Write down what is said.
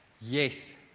yes